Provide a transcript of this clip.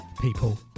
people